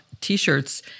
T-shirts